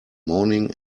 morning